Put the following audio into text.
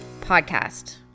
podcast